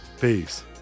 Peace